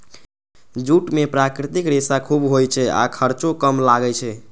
jute मे प्राकृतिक रेशा खूब होइ छै आ खर्चो कम लागै छै